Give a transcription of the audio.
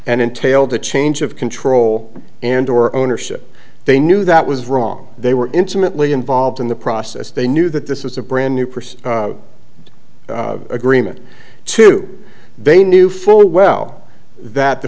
and entailed a change of control and or ownership they knew that was wrong they were intimately involved in the process they knew that this was a brand new person agreement to they knew full well that the